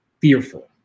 fearful